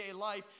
life